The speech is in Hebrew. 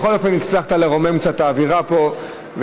בכל אופן הצלחת לרומם קצת את האווירה פה ואת